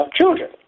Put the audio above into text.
children